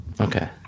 Okay